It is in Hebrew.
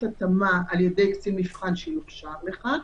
התאמה על ידי קצין מבחן שיוכשר לכך.